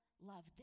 love